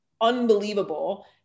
unbelievable